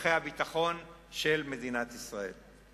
לצורכי הביטחון של מדינת ישראל.